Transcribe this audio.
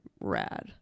rad